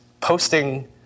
posting